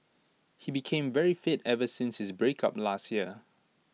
he became very fit ever since his breakup last year